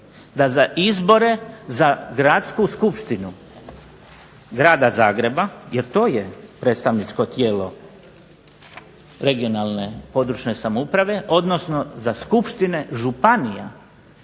da za izbore za gradsku skupštinu Grada Zagreba, jer to je predstavničko tijelo regionalne (područne) samouprave, odnosno za skupštine županija